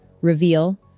Reveal